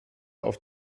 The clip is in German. auf